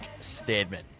Steadman